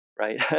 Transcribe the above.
right